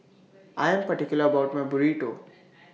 I Am particular about My Burrito